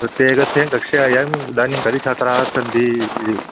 प्रत्येकस्य कक्षायाम् इदानीं कति छात्राः सन्ति इति